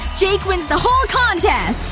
jake wins the whole contest!